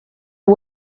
are